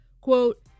quote